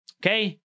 Okay